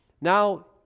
Now